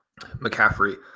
McCaffrey